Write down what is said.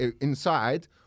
inside